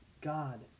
God